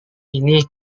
ini